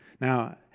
Now